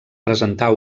presentar